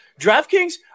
DraftKings